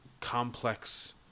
complex